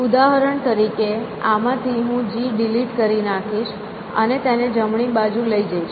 ઉદાહરણ તરીકે આમાંથી હું G ડિલીટ કરી નાખીશ અને તેને જમણી બાજુ લઈ જઈશ